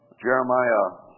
Jeremiah